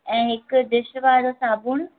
ऐं हिकु डिश वारो साबुणु